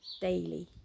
daily